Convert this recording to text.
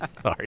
Sorry